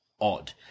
odd